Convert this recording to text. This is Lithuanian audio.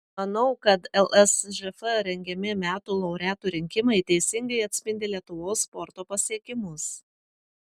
manau kad lsžf rengiami metų laureatų rinkimai teisingai atspindi lietuvos sporto pasiekimus